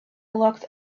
locked